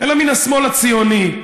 אלא מן השמאל הציוני,